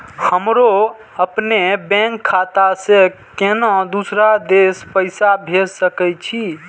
हमरो अपने बैंक खाता से केना दुसरा देश पैसा भेज सके छी?